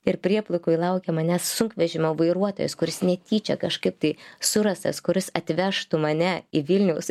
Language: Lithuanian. ir prieplaukoj laukia manęs sunkvežimio vairuotojas kuris netyčia kažkaip tai surastas kuris atvežtų mane į vilniaus